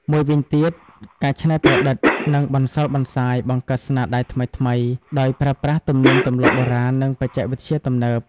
មួយវិញទៀតការច្នៃប្រឌិត និងបន្សល់បន្សាយ បង្កើតស្នាដៃថ្មីៗ ដោយប្រើប្រាស់ទំនៀមទំលាប់បុរាណ និងបច្ចេកវិទ្យាទំនើប។